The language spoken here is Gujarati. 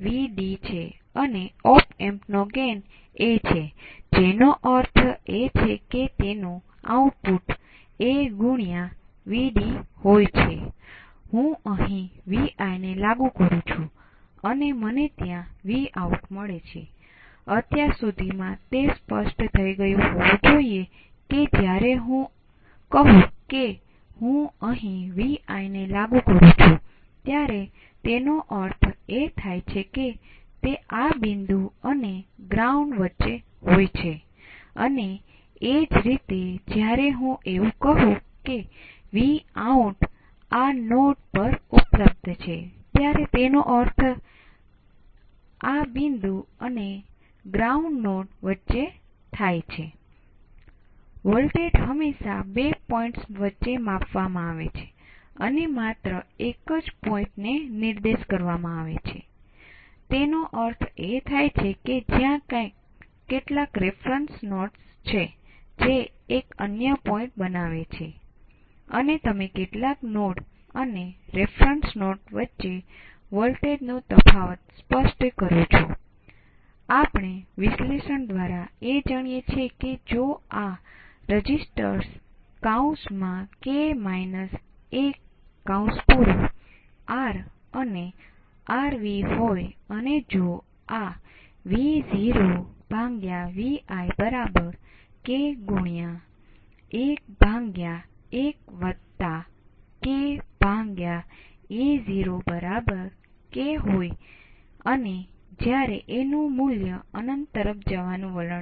અને હું આને OPA1 અને OPA2 કહું છું હવે તમને થોડો અનુભવ થયા પછી હું વ્યવસ્થિત પ્રક્રિયા બતાવીશ અને તમે મોટે ભાગે સરળ રીતે સર્કિટ જોઈ શકશો પરંતુ શરૂઆતમાં તમારે વ્યવસ્થિત રીતે આગળ વધવું પડશે